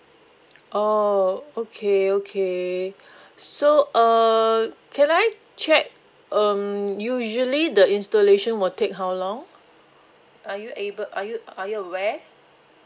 oh okay okay so uh can I check um usually the installation will take how long are you able are you are you aware